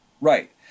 Right